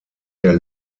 der